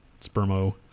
spermo